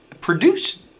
produce